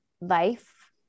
life